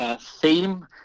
theme